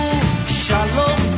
Shalom